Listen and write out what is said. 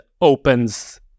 opens